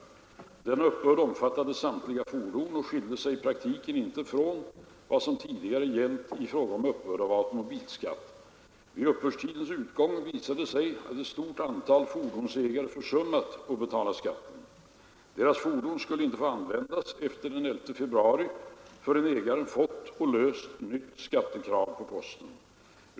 Denna uppbörd omfattade samtliga fordon och skilde sig i praktiken inte från vad som gällt tidigare i fråga om uppbörd av automobilskatt. Vid uppbördstidens utgång visade det sig att ett stort antal fordonsägare försummat att betala skatten. Deras fordon skulle inte få användas efter den 11 februari förrän ägaren fått och löst nytt skattekrav på posten.